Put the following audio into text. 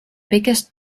biggest